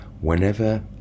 Whenever